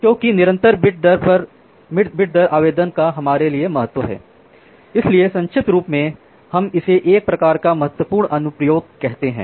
क्योंकि निरंतर बिट दर आवेदन का हमारे लिए महत्व है इसलिए संक्षिप्त रूप में हम इसे एक प्रकार का महत्वपूर्ण अनुप्रयोग कहते हैं